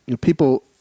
people